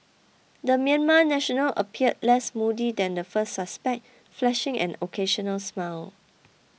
the Myanmar national appeared less moody than the first suspect flashing an occasional smile